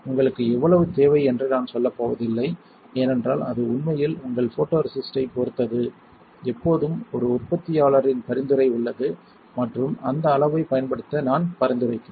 உங்களுக்கு எவ்வளவு தேவை என்று நான் சொல்லப் போவதில்லை ஏனென்றால் அது உண்மையில் உங்கள் போட்டோரெசிஸ்ட்டைப் பொறுத்தது எப்போதும் ஒரு உற்பத்தியாளரின் பரிந்துரை உள்ளது மற்றும் அந்த அளவைப் பயன்படுத்த நான் பரிந்துரைக்கிறேன்